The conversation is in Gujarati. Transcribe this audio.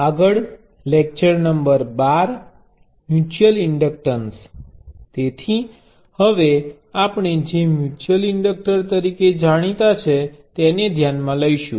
તેથી હવે આપણે જે મ્યુચ્યુઅલ ઇન્ડક્ટર તરીકે જાણીતા છે તેને ધ્યાનમાં લઈશું